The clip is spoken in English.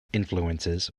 influences